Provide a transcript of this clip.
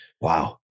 Wow